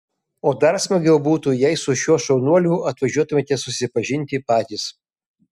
o dar smagiau būtų jei su šiuo šaunuoliu atvažiuotumėte susipažinti patys